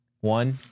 One